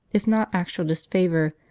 if not actual disfavour,